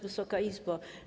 Wysoka Izbo!